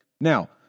Now